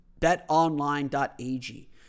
betonline.ag